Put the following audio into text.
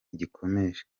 igikomeje